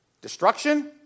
Destruction